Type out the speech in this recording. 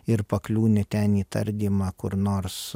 ir pakliūni ten į tardymą kur nors